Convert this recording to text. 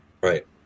Right